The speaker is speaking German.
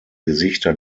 gesichter